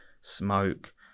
smoke